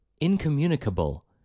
incommunicable